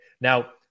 Now